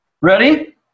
Ready